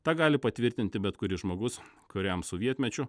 tą gali patvirtinti bet kuris žmogus kuriam sovietmečiu